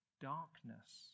darkness